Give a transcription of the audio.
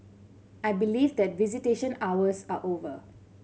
I believe that visitation hours are over